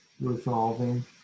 resolving